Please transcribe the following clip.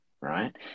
Right